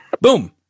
Boom